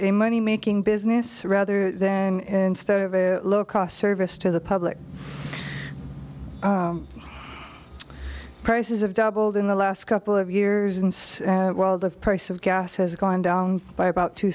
a money making business rather than in stead of a low cost service to the public prices have doubled in the last couple of years and while the price of gas has gone down by about two